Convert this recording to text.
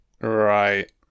Right